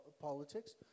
politics